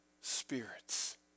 spirits